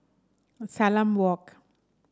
Salam Walk